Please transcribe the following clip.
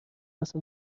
هستم